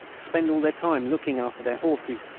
spend all their time looking after their horses,